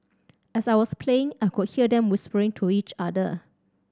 as I was playing I could hear them whispering to each other